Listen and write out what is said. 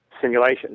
simulation